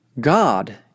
God